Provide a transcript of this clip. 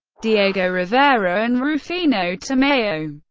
diego rivera, and rufino tamayo.